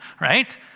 right